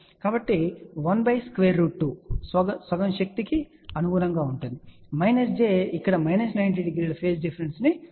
కాబట్టి 1 by square root 2 సగం శక్తికి అనుగుణంగా ఉంటుంది మైనస్ j ఇక్కడ మైనస్ 90 డిగ్రీల ఫేజ్ డిఫరెన్స్ ను చూపుతుంది